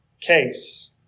Case